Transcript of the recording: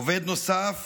עובד נוסף,